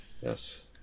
Yes